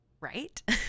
right